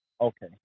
Okay